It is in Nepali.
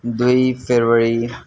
दुई फेब्रुअरी